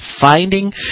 finding